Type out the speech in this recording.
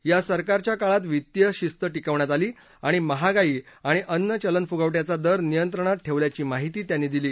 या सरकारच्या काळात वित्तीय शिस्त टिकवण्यात आली आणि महागाई आणि अन्न चलनफुगवट्याचा दर नियंत्रणात ठेवल्याची माहिती त्यांनी दिली